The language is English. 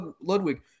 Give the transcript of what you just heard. Ludwig